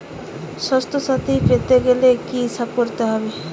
স্বাস্থসাথী পেতে গেলে কি করতে হবে?